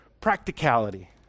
practicality